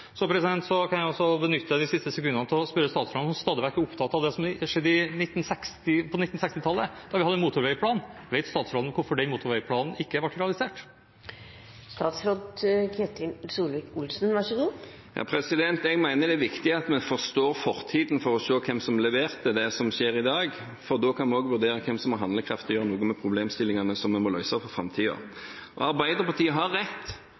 Jeg vil benytte de siste sekundene til å spørre statsråden, som stadig vekk er opptatt av det som skjedde på 1960-tallet da vi hadde en motorveiplan: Vet statsråden hvorfor den motorveiplanen ikke ble realisert? Jeg mener det er viktig at vi forstår fortiden for å se hvem som leverte det som skjer i dag, for da kan vi også vurdere hvem som er handlekraftig og gjør noe med problemstillingene som må løses for framtiden. Arbeiderpartiet har rett: